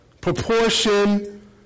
Proportion